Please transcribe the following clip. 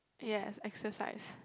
ya exercise